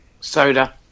Soda